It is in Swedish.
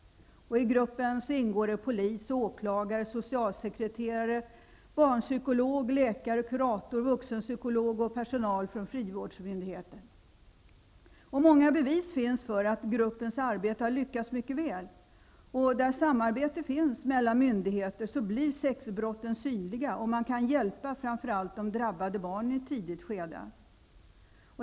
I gruppen ingår polis, åklagare, socialsekreterare, barnpsykolog, läkare, kurator, vuxenpsykolog och personal från frivårdsmyndigheten. Många bevis finns för att gruppens arbete lyckats mycket väl. Där samarbete finns mellan myndigheter blir sexbrotten synliga, och man kan hjälpa framför allt de drabbade barnen i ett tidigt skede.